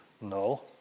No